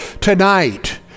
tonight